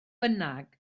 bynnag